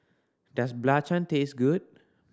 does belacan taste good